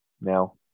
now